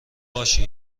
باشه